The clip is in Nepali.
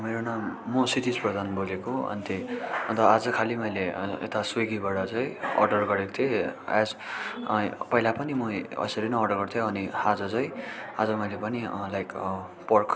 मेरो नाम म क्षितिज प्रधान बोलेको अन्त अन्त आज खालि मैले यता स्विगीबाट चाहिँ अर्डर गरेको थिएँ आज पहिला पनि म यसरी नै अर्डर गर्थेँ अनि आज चाहिँ आज मैले पनि लाइक पर्क